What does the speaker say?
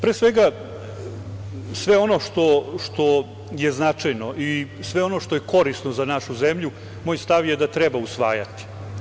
Pre svega, sve ono što je značajno i sve ono što je korisno za našu zemlju, moj stav je da treba usvajati.